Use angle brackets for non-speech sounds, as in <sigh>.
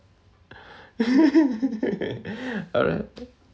<breath> <laughs> alright